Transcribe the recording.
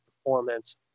performance